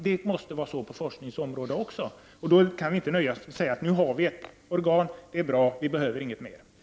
Det måste vara så även på forskningens område. Vi kan därför inte nöja oss med att säga att vi nu har ett organ, att det är bra och att vi inte behöver flera.